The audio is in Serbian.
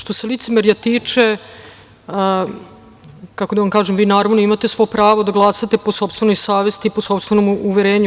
Što se licemerja tiče, kako da vam kažem, vi naravno imate svo pravo da glasate po sopstvenoj savesti i po sopstvenom uverenju.